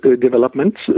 developments